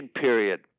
period